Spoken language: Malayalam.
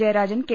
ജയരാജൻ കെ